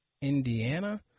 Indiana